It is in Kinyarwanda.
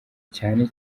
cyane